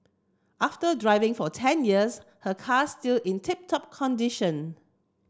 after driving for ten years her car still in tip top condition